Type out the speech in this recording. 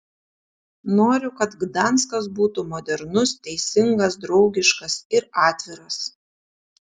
noriu kad gdanskas būtų modernus teisingas draugiškas ir atviras